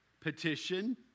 Petition